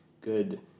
good